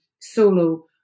solo